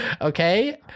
okay